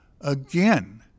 again